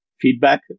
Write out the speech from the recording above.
feedback